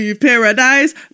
paradise